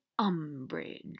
Umbridge